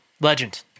legend